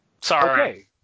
Sorry